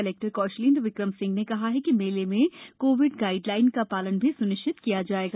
collector Kaushalendra Vikram Singh ने कहा कि मेले में कोविड गाइडलाइन का पालन भी स्निश्चित किया जायेगा